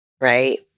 right